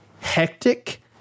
hectic